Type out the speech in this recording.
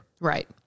Right